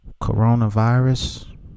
Coronavirus